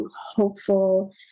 hopeful